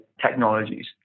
technologies